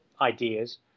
ideas